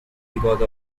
because